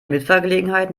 mitfahrgelegenheit